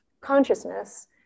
consciousness